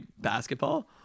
basketball